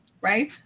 Right